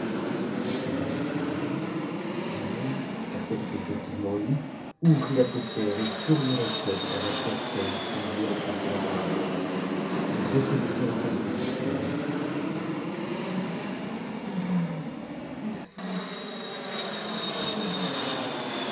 de tourmente ganem car c'était effectivement lui ouvrit la paupière et tourna la tête vers la personne qui lui adressait la parole et reconnaissant la favorite du calife ah madame est-ce vous parque miracle